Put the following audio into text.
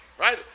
right